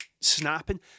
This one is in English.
snapping